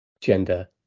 gender